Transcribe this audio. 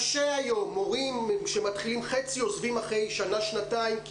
מורים היום עוזבים אחרי שנה שנתיים כי